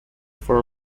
for